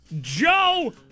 Joe